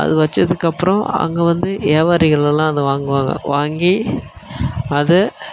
அதை வச்சதுக்கு அப்புறோம் அங்கே வந்து வியாவாரிகளெல்லாம் அதை வாங்குவாங்க வாங்கி அதை